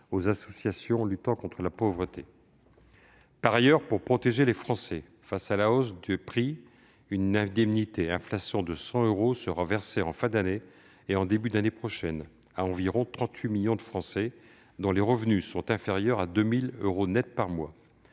aux associations luttant contre la pauvreté. Par ailleurs, pour protéger les Français face à la hausse des prix, une indemnité inflation de 100 euros sera versée en fin d'année et en début d'année prochaine à environ 38 millions de Français, dont les revenus sont inférieurs à 2 000 euros net par mois.